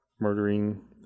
murdering